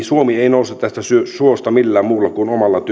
suomi ei nouse tästä suosta millään muulla kuin omalla